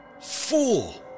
Fool